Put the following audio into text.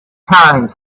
time